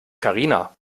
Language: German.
karina